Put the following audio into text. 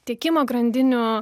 tiekimo grandinių